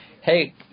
Hey